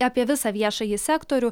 apie visą viešąjį sektorių